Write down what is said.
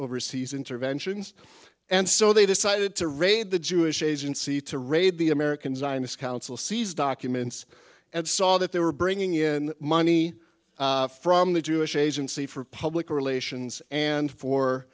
overseas interventions and so they decided to raid the jewish agency to raid the american zionist council seized documents and saw that they were bringing in money from the jewish agency for public relations and